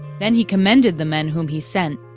then he commended the men whom he sent,